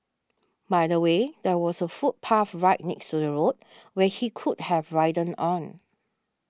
by the way there was a footpath right next to the road where he could have ridden on